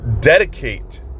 dedicate